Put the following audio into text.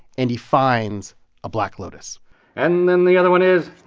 and he finds a black lotus and then the other one is.